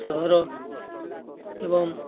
ସହର ଏବଂ